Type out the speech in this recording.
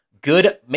good